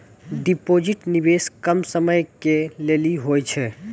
Deposit निवेश कम समय के लेली होय छै?